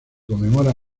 conmemora